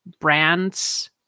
brands